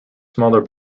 smaller